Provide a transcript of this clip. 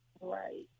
Right